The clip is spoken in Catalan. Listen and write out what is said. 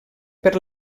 per